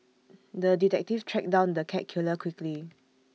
the detective tracked down the cat killer quickly